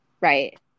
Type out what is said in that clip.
Right